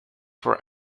for